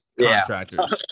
contractors